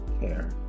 care